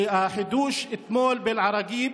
והחידוש אתמול באל-עראקיב,